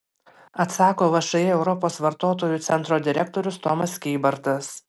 atsako všį europos vartotojų centro direktorius tomas kybartas